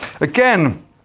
again